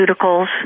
pharmaceuticals